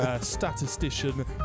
statistician